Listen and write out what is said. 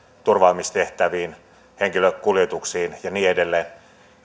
turvaamistehtäviä henkilökuljetuksia ja niin edelleen